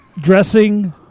dressing